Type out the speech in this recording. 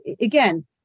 again